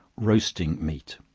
roasting meat.